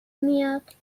میاد